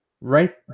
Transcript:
right